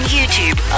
YouTube